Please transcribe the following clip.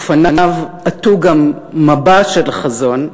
ופניו עטו גם מבט של חזון,